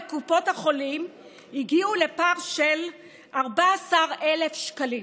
בקופות החולים הגיעו לפער של 14,000 שקלים.